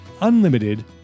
unlimited